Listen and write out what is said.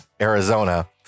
Arizona